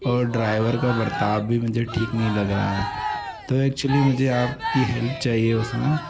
और ड्राइवर का बर्ताव भी मुझे ठीक नहीं लग रहा है तो एक्चुअली मुझे आपकी हेल्प चाहिए उसमें